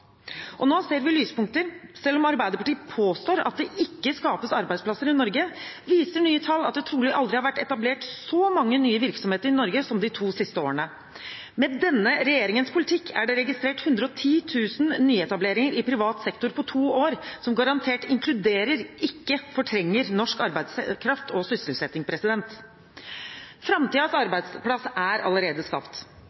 Nå ser vi lyspunkter. Selv om Arbeiderpartiet påstår at det ikke skapes arbeidsplasser i Norge, viser nye tall at det trolig aldri har vært etablert så mange nye virksomheter i Norge som de to siste årene. Med denne regjeringens politikk er det registrert 110 000 nyetableringer i privat sektor på to år, som garantert inkluderer, ikke fortrenger, norsk arbeidskraft og sysselsetting.